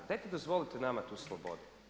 Dajte dozvolite nama tu slobodu.